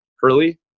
Hurley